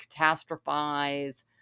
catastrophize